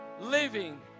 Living